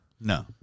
No